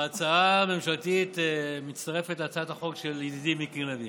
ההצעה הממשלתית מצטרפת להצעת החוק של ידידי מיקי לוי.